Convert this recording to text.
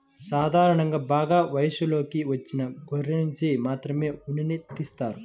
సాధారణంగా బాగా వయసులోకి వచ్చిన గొర్రెనుంచి మాత్రమే ఉన్నిని తీస్తారు